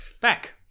back